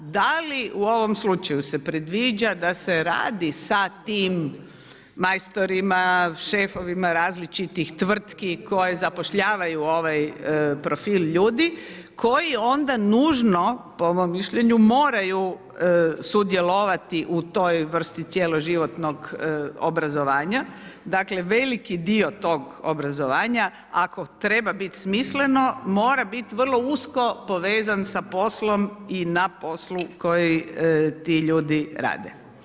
Da li u ovom slučaju se predviđa da se radi sa tim majstorima, šefovima različitih tvrtki koje zapošljavaju ovaj profil ljudi koji onda nužno po mom mišljenju, moraju sudjelovati u toj vrsti cjeloživotnog obrazovanja, dakle veliki dio tog obrazovanja ako treba biti smisleno, mora biti vrlo usko povezan sa poslom i na poslu koji ti ljudi rade.